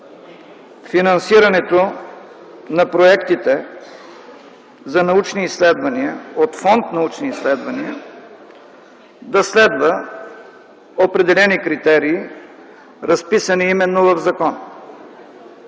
финансирането на проектите за научни изследвания от Фонд „Научни изследвания” да следва определени критерии, разписани именно в закона.